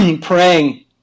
praying